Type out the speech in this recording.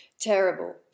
Terrible